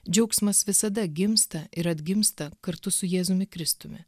džiaugsmas visada gimsta ir atgimsta kartu su jėzumi kristumi